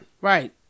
Right